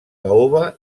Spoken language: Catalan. caoba